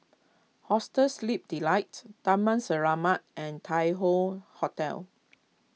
Hostel Sleep Delight Taman Selamat and Tai Hoe Hotel